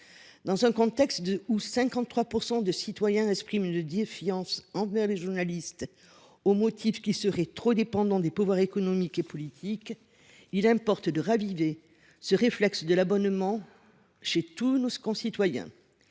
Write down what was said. Alors que plus de 53 % des citoyens expriment une défiance envers les journalistes, au motif qu’ils seraient trop dépendants des pouvoirs économiques et politiques, il importe de raviver le réflexe de l’abonnement chez tous nos concitoyens.